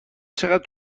چقدر